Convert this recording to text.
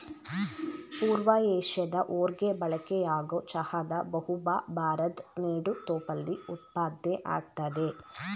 ಪೂರ್ವ ಏಷ್ಯಾದ ಹೊರ್ಗೆ ಬಳಕೆಯಾಗೊ ಚಹಾದ ಬಹುಭಾ ಭಾರದ್ ನೆಡುತೋಪಲ್ಲಿ ಉತ್ಪಾದ್ನೆ ಆಗ್ತದೆ